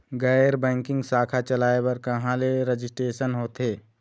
गैर बैंकिंग शाखा चलाए बर कहां ले रजिस्ट्रेशन होथे?